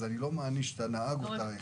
אז אני לא מעניש את הנהג או את החייל.